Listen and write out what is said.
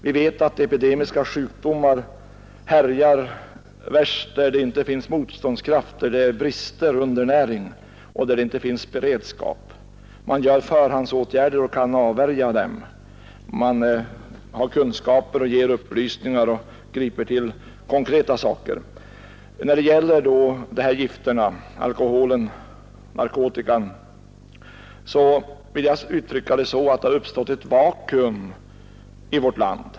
Vi vet att epidemiska sjukdomar härjar värst där det inte finns motståndskraft, där det är brist och undernäring, där det inte finns beredskap så att man genom förebyggande åtgärder kan avvärja sjukdomen, där man inte har kunskaper, ger upplysningar och griper till konkreta medel. När det gäller dessa gifter — alkohol och narkotika — vill jag uttrycka det så att det har uppstått ett vakuum i vårt land.